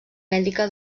mèdica